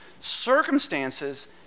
circumstances